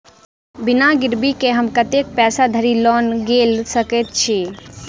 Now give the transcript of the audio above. बिना गिरबी केँ हम कतेक पैसा धरि लोन गेल सकैत छी?